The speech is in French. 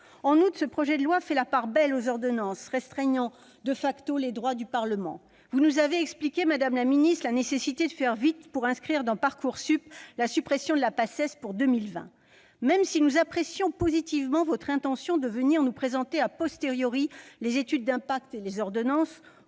En outre, ce projet de loi fait la part belle aux ordonnances, restreignant les droits du Parlement. Vous nous avez expliqué, madame la ministre, qu'il était nécessaire de faire vite pour inscrire dans Parcoursup la suppression de la Paces pour 2020. Même si nous apprécions positivement votre intention de venir nous présenter les études d'impact et les ordonnances,